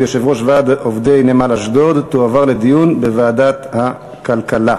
יושב-ראש ועד עובדי נמל אשדוד תועבר לדיון בוועדת הכלכלה.